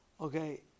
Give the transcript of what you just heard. Okay